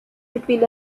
between